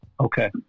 Okay